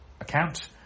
account